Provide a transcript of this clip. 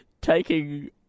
taking